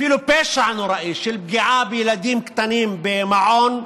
אפילו פשע נוראי של פגיעה בילדים קטנים במעון,